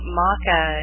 maca